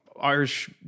Irish